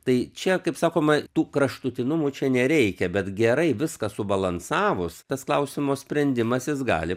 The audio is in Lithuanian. tai čia kaip sakoma tų kraštutinumų čia nereikia bet gerai viską subalansavus tas klausimo sprendimas jis gali